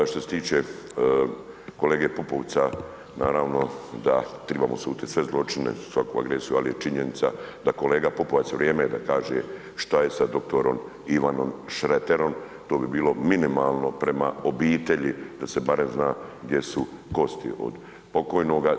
Što se tiče kolege Pupovca, naravno da trebamo sudit sve zločine, svaku agresiju, ali je činjenica da kolega Pupovac, vrijeme je da kaže što je sa dr. Ivanom Šreterom, to bi bilo minimalno prema obitelji da se barem zna gdje su kosti od pokojnoga.